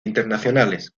internacionales